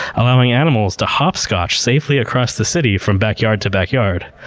allowing animals to hopscotch safely across the city from backyard to backyard.